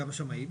גם לשמאים.